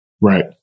Right